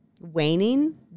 waning